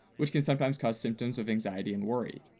which can sometimes cause symptoms of anxiety and worry.